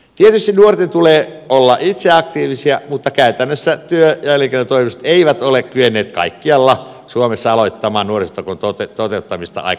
tietysti nuorten tulee olla itse aktiivisia mutta käytännössä työ ja elinkeinotoimistot eivät ole kyenneet kaikkialla suomessa aloittamaan nuorisotakuun toteuttamista aikataulussa